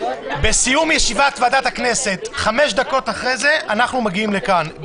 סיום ישיבת ועדת הכנסת אנחנו נגיע שוב לכאן.